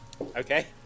Okay